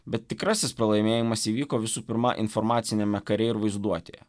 bet tikrasis pralaimėjimas įvyko visų pirma informaciniame kare ir vaizduotėje